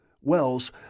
Wells